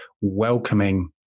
welcoming